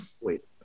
wait